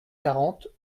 quarante